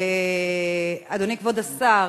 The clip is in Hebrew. אדוני כבוד השר,